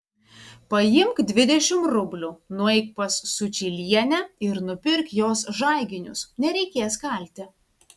paimk dvidešimt rublių nueik pas sučylienę ir nupirk jos žaiginius nereikės kalti